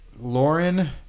Lauren